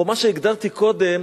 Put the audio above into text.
או מה שהגדרתי קודם,